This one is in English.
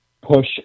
push